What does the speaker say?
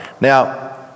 Now